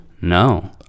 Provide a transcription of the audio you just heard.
No